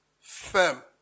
firm